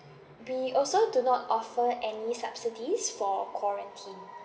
we also do not offer any subsidies for quarantine